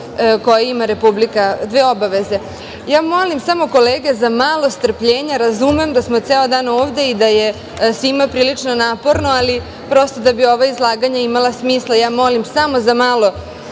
dve odluke, dve obaveze. Samo molim kolege za malo strpljenja. Razumem da smo ceo dan ovde i da je svima prilično naporno, ali prosto, da bi ovo izlaganje imalo smisla, ja molim samo za malo